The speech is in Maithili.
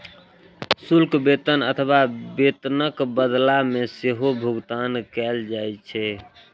शुल्क वेतन अथवा वेतनक बदला मे सेहो भुगतान कैल जाइ छै